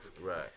Right